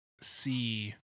see